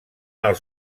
els